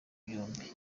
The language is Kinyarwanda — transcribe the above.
byombi